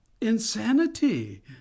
insanity